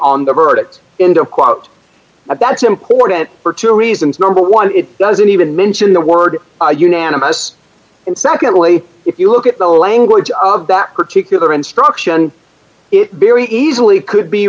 on the verdicts in don't quote but that's important for two reasons number one it doesn't even mention the word unanimous and secondly if you look at the language of that particular instruction it very easily could be